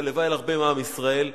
הלוואי על הרבה מעם ישראל: